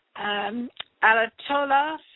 Alatola